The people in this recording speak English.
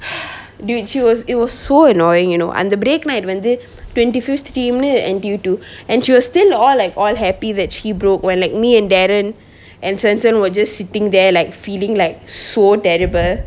dude she was it was so annoying you know அந்த:antha break naid வந்து:vanthu twenty fifth team னு:nu and due to and she will still orh like so happy that she broke when like me and darren and send seng was just sitting there like feeling like so terrible